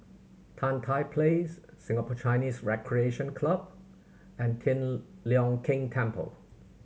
Tan Tye Place Singapore Chinese Recreation Club and Tian Leong Keng Temple